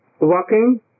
walking